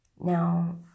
now